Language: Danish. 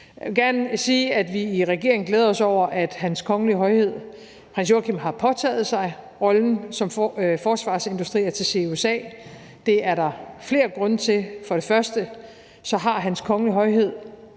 Jeg vil gerne sige, at vi i regeringen glæder os over, at Hans Kongelige Højhed Prins Joachim har påtaget sig rollen som forsvarsindustriattaché i USA. Det er der flere grunde til: For det første har Hans Kongelige Højhed